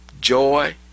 joy